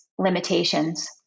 Limitations